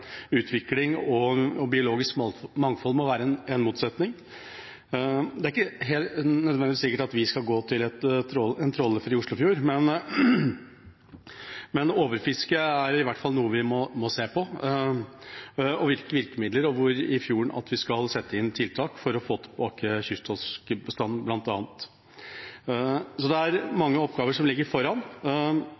utvikling og biologisk mangfold. Det er ikke sikkert at vi skal gå til en trålfri Oslofjord, men overfiske i fjorden er i hvert fall noe vi må se på – hvilke virkemidler – og at vi skal sette inn tiltak for å få tilbake bl.a. kysttorskbestanden. Så det er mange oppgaver som ligger foran